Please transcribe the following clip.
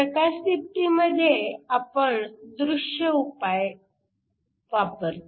प्रकाशदीप्तीमध्ये आपण दृश्य उपाय वापरतो